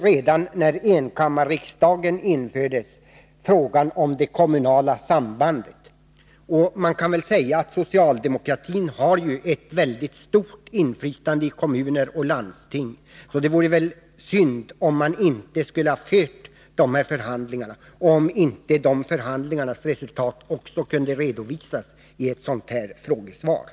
Redan när enkammarriksdagen infördes betonades frågan om det kommunala sambandet. Man kan säga att socialdemokratin har ett mycket stort inflytande i kommuner och landsting, så det vore synd om man inte hade fört sådana här förhandlingar. Resultaten av dessa förhandlingar borde också kunna redovisas i ett sådant här frågesvar.